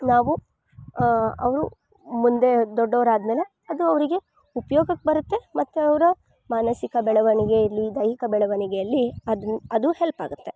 ನಾವು ಅವ್ರು ಮುಂದೆ ದೊಡ್ಡವ್ರಾದ್ಮೇಲೆ ಅದು ಅವ್ರಿಗೆ ಉಪ್ಯೋಗಕ್ ಬರತ್ತೆ ಮತ್ತೆ ಅವ್ರ ಮಾನಸಿಕ ಬೆಳವಣಿಗೆಯಲ್ಲಿ ದೈಹಿಕ ಬೆಳವಣಿಗೆಯಲ್ಲಿ ಅದು ಅದು ಹೆಲ್ಪಾಗತ್ತೆ